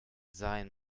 sein